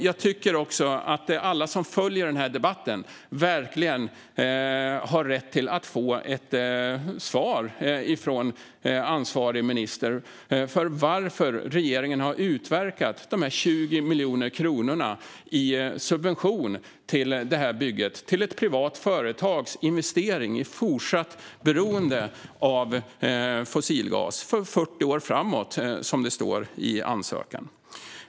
Jag tycker också att alla som följer denna debatt verkligen har rätt att få ett svar från ansvarig minister på varför regeringen har utverkat dessa 20 miljoner kronor i subvention till detta bygge - till ett privat företags investering i fortsatt beroende av fossilgas under 40 år framåt, som det står i ansökan.